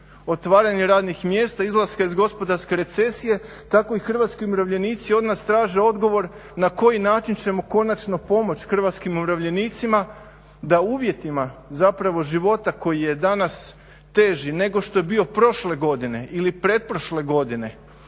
otvaranje radnih mjesta, izlaska iz gospodarske recesije tako i hrvatski umirovljenici od nas traže odgovor na koji način ćemo konačno pomoći hrvatskim umirovljenicima da uvjetima zapravo života koji je danas teži nego što je bio prošle godine ili pretprošle godine,